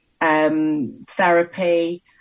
therapy